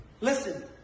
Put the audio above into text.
Listen